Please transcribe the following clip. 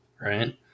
right